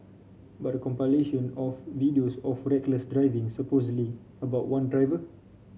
but a compilation of videos of reckless driving supposedly about one driver